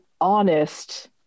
honest